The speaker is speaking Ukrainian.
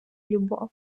любов